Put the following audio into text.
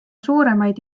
suuremaid